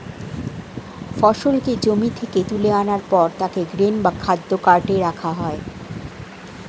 ফসলকে জমি থেকে তুলে আনার পর তাকে গ্রেন বা খাদ্য কার্টে রাখা হয়